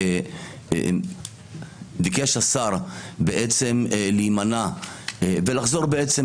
ביקש השר להימנע ולחזור בעצם,